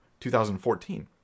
2014